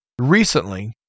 recently